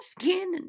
skin